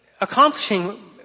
accomplishing